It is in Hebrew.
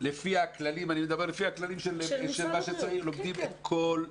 אני מדבר לפי הכללים, לומדים הכול: